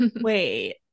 wait